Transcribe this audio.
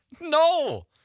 No